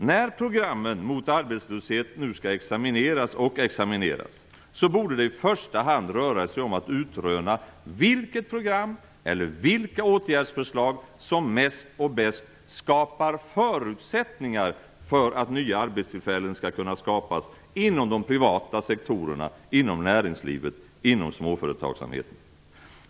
När programmen mot arbetslöshet nu skall examineras borde det i första hand röra sig om att utröna vilket program eller vilka åtgärdsförslag som mest och bäst skapar förutsättningar för att nya arbetstillfällen skall kunna skapas inom de privata sektorerna, inom näringslivet och inom småföretagsamheten.